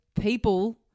people